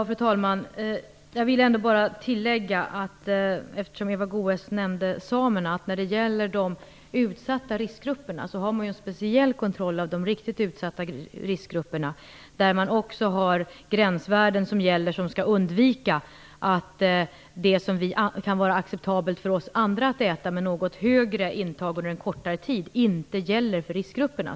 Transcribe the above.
Fru talman! Eftersom Eva Goës nämnde samerna vill jag bara tillägga att man har en speciell kontroll av de riktigt utsatta riskgrupperna. Där har man också gränsvärden som innebär att det som kan vara acceptabelt för oss andra att äta, med ett något högre intag under en kortare tid, inte gäller för riskgrupperna.